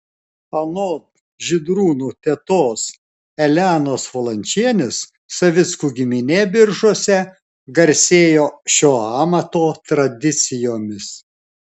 anot žydrūno tetos elenos valančienės savickų giminė biržuose garsėjo šio amato tradicijomis